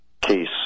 case